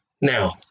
now